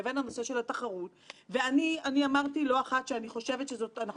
שהמבנה של הפיקוח היום לא מתאים ולא ראוי.